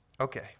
Okay